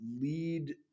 lead